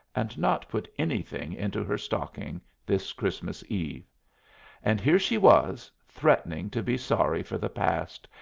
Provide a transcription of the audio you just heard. and not put anything into her stocking this christmas eve and here she was, threatening to be sorry for the past,